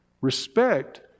Respect